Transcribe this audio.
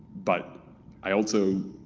but i also,